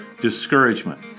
Discouragement